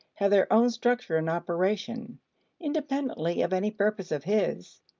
have their own structure and operation independently of any purpose of his.